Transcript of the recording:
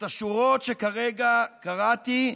את השורות שכרגע קראתי